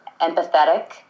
empathetic